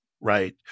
right